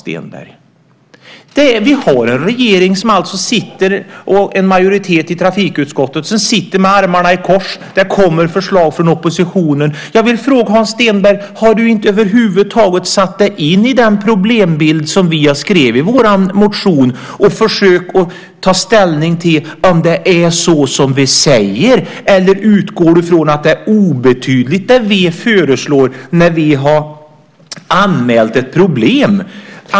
Vi har alltså en regering och en majoritet i trafikutskottet som sitter med armarna i kors. Det kommer förslag från oppositionen, och därför vill jag fråga Hans Stenberg: Har du över huvud taget inte satt dig in i den problembild som vi beskrivit i vår motion och försökt ta ställning till om det är så som vi säger? Eller utgår du från att det som vi föreslår, när vi anmäler ett problem, är obetydligt?